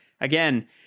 Again